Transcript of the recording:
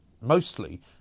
mostly